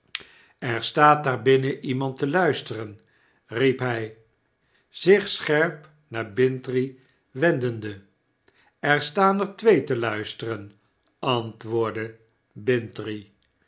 er staat daar binnen iemand te luisteren riep hij zich scherp naar bintrey wendende er staan er twee te luisteren antwoordde